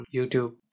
YouTube